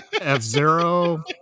F-Zero